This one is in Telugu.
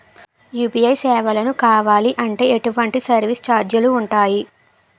యు.పి.ఐ సేవలను కావాలి అంటే ఎటువంటి సర్విస్ ఛార్జీలు ఉంటాయి?